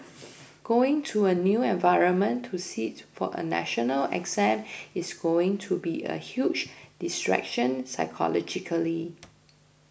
going to a new environment to sit for a national exam is going to be a huge distraction psychologically